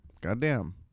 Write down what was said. Goddamn